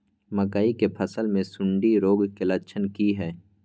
मकई के फसल मे सुंडी रोग के लक्षण की हय?